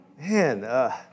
Man